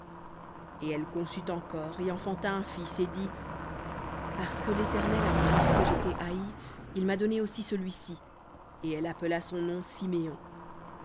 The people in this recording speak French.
et elle conçut encore et enfanta un fils et dit parce que l'éternel a entendu que j'étais haïe il m'a donné aussi celui-ci et elle appela son nom siméon